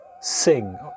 sing